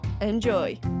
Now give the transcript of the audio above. Enjoy